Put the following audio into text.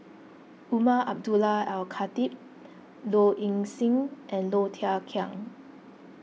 Umar Abdullah Al Khatib Low Ing Sing and Low Thia Khiang